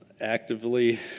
actively